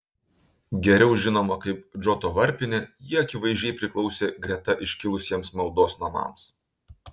geriau žinoma kaip džoto varpinė ji akivaizdžiai priklausė greta iškilusiems maldos namams